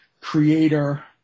creator